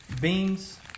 beans